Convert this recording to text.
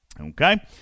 Okay